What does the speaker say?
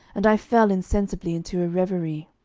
and i fell insensibly into a reverie.